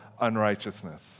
unrighteousness